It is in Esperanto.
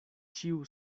ĉiu